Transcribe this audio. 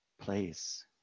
place